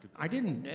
i didn't,